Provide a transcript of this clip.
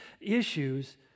issues